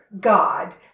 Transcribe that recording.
God